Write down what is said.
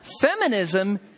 feminism